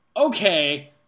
Okay